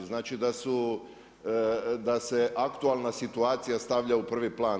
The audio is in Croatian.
Znači da su, da se aktualna situacija stavlja u prvi plan.